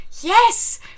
yes